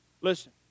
Listen